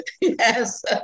yes